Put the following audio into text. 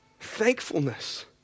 Thankfulness